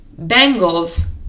Bengals